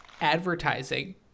advertising